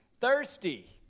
thirsty